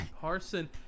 Parson